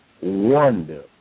wonder